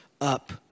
up